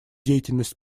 деятельность